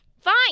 Fine